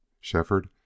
Shefford